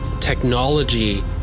technology